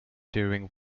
during